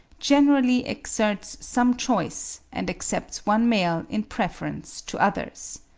generally exerts some choice and accepts one male in preference to others.